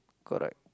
correct